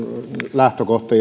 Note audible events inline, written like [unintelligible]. lähtökohta [unintelligible]